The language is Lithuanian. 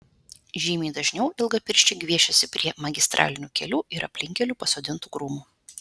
žymiai dažniau ilgapirščiai gviešiasi prie magistralinių kelių ir aplinkkelių pasodintų krūmų